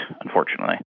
unfortunately